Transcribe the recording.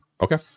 Okay